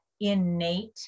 innate